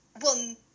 one